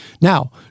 Now